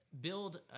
build